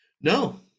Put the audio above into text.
No